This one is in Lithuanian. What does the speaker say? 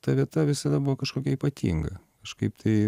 ta vieta visada buvo kažkokia ypatinga kažkaip tai